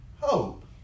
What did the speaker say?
hope